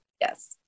Yes